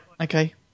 okay